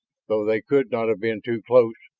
though they could not have been too close,